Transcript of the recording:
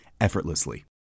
effortlessly